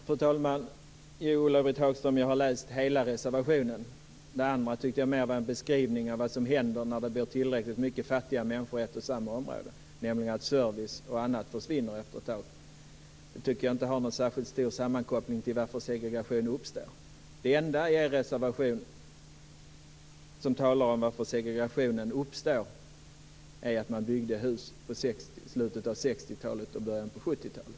Fru talman! Jo, Ulla-Britt Hagström, jag har läst hela reservationen men det andra tycker jag mer är en beskrivning av vad som händer när det blir tillräckligt många fattiga människor i ett och samma område - nämligen att service och annat försvinner efter ett tag. Detta tycker jag inte har en särskilt stark koppling till anledningen till att segregation uppstår. Det enda i er reservation som sägs om skälen till att segregation uppstår är att man byggde hus i slutet av 60-talet och i början av 70-talet.